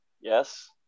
Yes